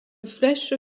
flèche